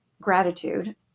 gratitude